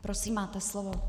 Prosím, máte slovo.